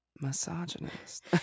misogynist